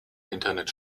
internet